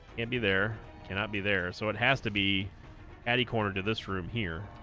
and be there cannot be there so it has to be a t corner to this room here